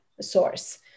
source